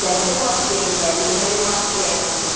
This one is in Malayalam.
രണ്ട് മാസത്തെ ഇല്ല പിന്നെ ഒരു മാസത്തെ ആണ് ഉള്ളത്